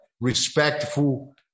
respectful